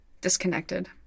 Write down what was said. Disconnected